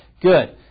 Good